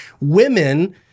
Women